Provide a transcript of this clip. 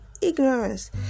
ignorance